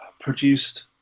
produced